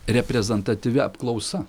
reprezentatyvi apklausa